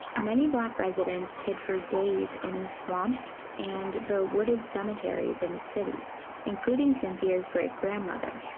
many black residents hid for days in the swamps, and the wooded cemeteries in the city including cynthia's great grandmother.